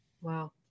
Wow